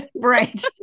Right